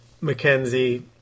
Mackenzie